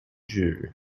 jew